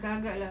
agak-agak lah